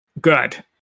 Good